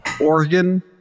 Oregon